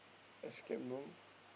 Escape Room